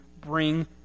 bring